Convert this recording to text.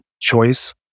choice